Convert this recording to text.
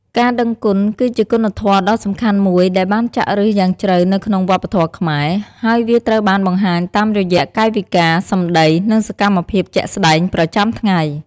ការដឹងគុណ គឺជាគុណធម៌ដ៏សំខាន់មួយដែលបានចាក់ឫសយ៉ាងជ្រៅនៅក្នុងវប្បធម៌ខ្មែរ ហើយវាត្រូវបានបង្ហាញតាមរយៈកាយវិការ សម្ដី និងសកម្មភាពជាក់ស្ដែងប្រចាំថ្ងៃ។